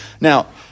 Now